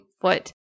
foot